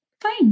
Fine